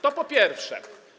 To po pierwsze.